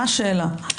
מה השאלה.